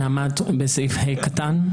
סעיף (ה) קטן.